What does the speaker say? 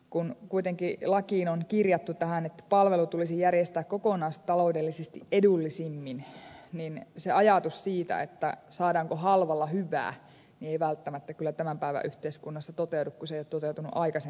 kun kuitenkin lakiin on kirjattu että palvelu tulisi järjestää kokonaistaloudellisesti edullisimmin niin se ajatus siitä että saadaan halvalla hyvää ei välttämättä kyllä tämän päivän yhteiskunnassa toteudu kun se ei ole toteutunut aikaisemminkaan